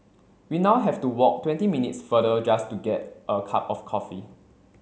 we now have to walk twenty minutes farther just to get a cup of coffee